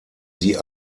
sie